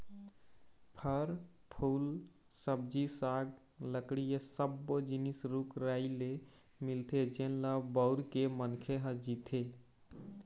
फर, फूल, सब्जी साग, लकड़ी ए सब्बो जिनिस रूख राई ले मिलथे जेन ल बउर के मनखे ह जीथे